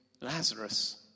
Lazarus